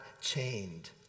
chained